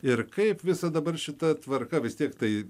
ir kaip visa dabar šita tvarka vis tiek tai